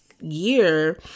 year